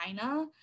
China